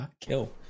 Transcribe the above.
Kill